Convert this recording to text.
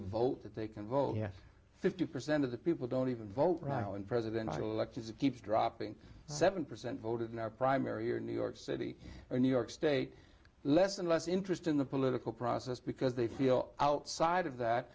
vote that they can vote yes fifty percent of the people don't even vote right now in presidential elections it keeps dropping seven percent voted in our primary or new york city or new york state less and less interest in the political process because they feel outside of that